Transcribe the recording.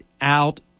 out